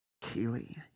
keely